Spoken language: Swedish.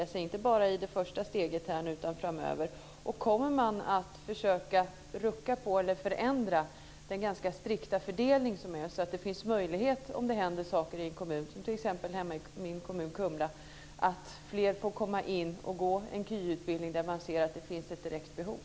Då menar jag inte bara i det första steget utan framöver. Kommer man att försöka förändra den ganska strikta fördelning som råder så att det finns en möjlighet om det händer saker i en kommun, t.ex. hemma i min kommun Kumla, att fler får komma in och gå en KY när man ser att det finns ett direkt behov?